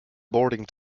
boarding